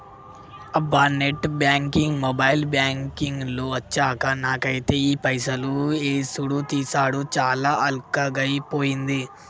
అబ్బా net banking mobile banking లు అచ్చాక నాకైతే ఈ పైసలు యేసుడు తీసాడు చాలా అల్కగైపోయింది